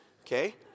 okay